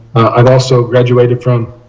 i also graduated from